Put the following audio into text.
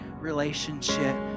relationship